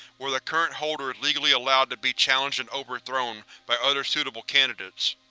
where the current holder is legally allowed to be challenged and overthrown by other suitable candidates.